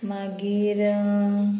मागीर